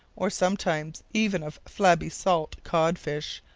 or some times even of flabby salt cod-fish,